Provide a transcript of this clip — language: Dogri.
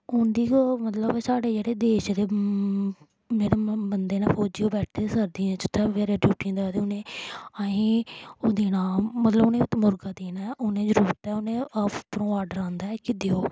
उं'दी गै ओह् मतलब साढ़े जेह्ड़े देश दे जेह्ड़े बंदे न फौजी ओह् बैठे दे सर्दियें च उत्थै बचैरे ड्यूटियां देआ दे उ'नें गी असें उ'नें गी ओह् देना मतलब उ'नें गी मुर्गा देना ऐ उ'नें गी जरूरत ऐ उ'नें गी उप्परों आर्डर औंदा ऐ कि देओ